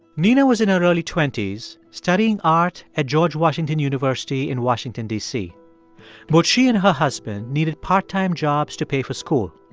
nina was in her early twenty s studying art at george washington university in washington, d c. both she and her husband needed part-time jobs to pay for school.